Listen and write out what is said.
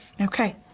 Okay